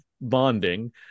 bonding